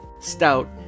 Stout